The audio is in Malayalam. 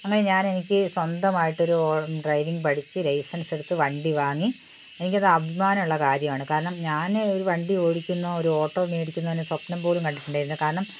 അങ്ങനെ ഞാനെനിക്ക് സ്വന്തമായിട്ടൊരു ഡ്രൈവിങ് പഠിച്ച് ലൈസൻസ് എടുത്ത് വണ്ടി വാങ്ങി എനിക്കത് അഭിമാനമുള്ള കാര്യമാണ് കാരണം ഞാന് ഒരു വണ്ടി ഓടിക്കുന്ന ഒരു ഓട്ടോ മേടിക്കുന്നത് സ്വപ്നം പോലും കണ്ടിട്ടുണ്ടായിരുന്നില്ല കാരണം